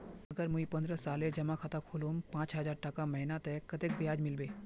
अगर मुई पन्द्रोह सालेर जमा खाता खोलूम पाँच हजारटका महीना ते कतेक ब्याज मिलबे?